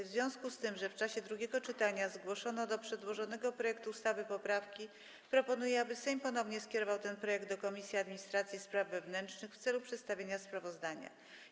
W związku z tym, że w czasie drugiego czytania zgłoszono do przedłożonego projektu ustawy poprawki, proponuję, aby Sejm ponownie skierował ten projektu do Komisji Administracji i Spraw Wewnętrznych w celu przedstawienia sprawozdania.